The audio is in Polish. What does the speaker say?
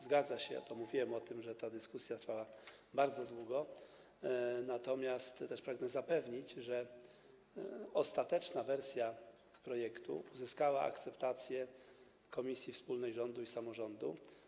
Zgadza się, mówiłem o tym, że ta dyskusja trwała bardzo długo, natomiast pragnę zapewnić, że ostateczna wersja projektu uzyskała akceptację komisji wspólnej rządu i samorządu.